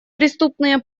преступные